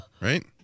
Right